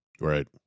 Right